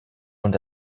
und